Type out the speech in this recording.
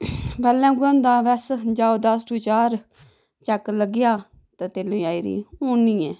पैह्ले उ'ऐ होंदा हा बस जाओ दस टू चार चैक लग्गेआ ते लेई आई ते हून निं ऐ